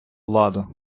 владу